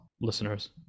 listeners